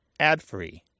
adfree